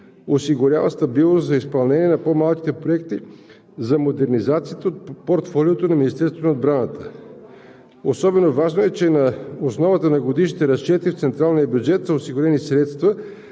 осигурява стабилност за изпълнение на по-малките проекти за модернизация от портфолиото на Министерството на отбраната. Особено важно е, че на основа на годишните разчети в централния бюджет са осигурени средства